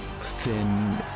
thin